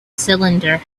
cylinder